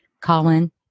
Colin